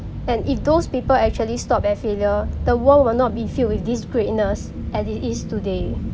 and if those people actually stop at failure the world will not be filled with this greatness as it is today